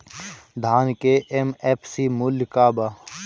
धान के एम.एफ.सी मूल्य का बा?